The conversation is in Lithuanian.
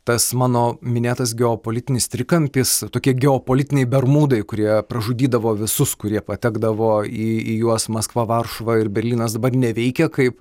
tas mano minėtas geopolitinis trikampis tokie geopolitiniai bermudai kurie pražudydavo visus kurie patekdavo į į juos maskva varšuva ir berlynas dabar neveikia kaip